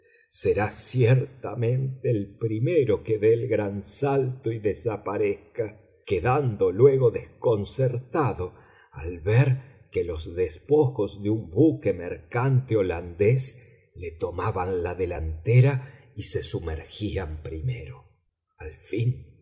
una vez será ciertamente el primero que dé el gran salto y desaparezca quedando luego desconcertado al ver que los despojos de un buque mercante holandés le tomaban la delantera y se sumergían primero al fin